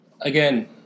again